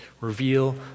reveal